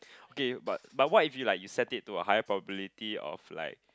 okay but but what if you like you set it to high probability of like